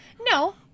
No